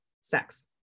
sex